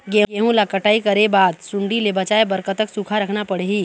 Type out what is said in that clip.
गेहूं ला कटाई करे बाद सुण्डी ले बचाए बर कतक सूखा रखना पड़ही?